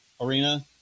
arena